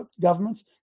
governments